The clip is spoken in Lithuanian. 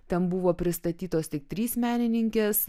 ten buvo pristatytos tik trys menininkės